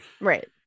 Right